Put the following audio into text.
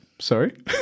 Sorry